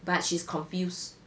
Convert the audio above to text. but she's confuse